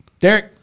Derek